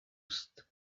است